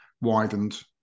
widened